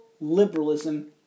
liberalism